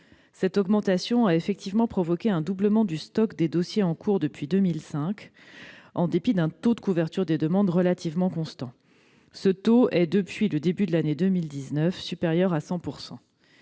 Cette augmentation a provoqué, depuis 2005, un doublement du stock des dossiers en cours, et ce en dépit d'un taux de couverture des demandes relativement constant et, depuis le début de l'année 2019, supérieur à 100 %.